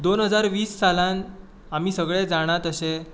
दोन हजार वीस सालांत आमी सगळे जाणा तशे